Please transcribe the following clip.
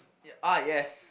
ya ah yes